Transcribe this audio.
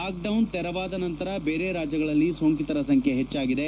lock down ತೆರವಾದ ನಂತರ ಬೇರೆ ರಾಜ್ಯಗಳಲ್ಲಿ ಸೋಂಕಿತರ ಸಂಖ್ಯೆ ಹೆಚ್ಚಾಗಿದೆ